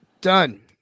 Done